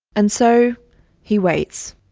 and so he waits.